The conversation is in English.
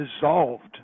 dissolved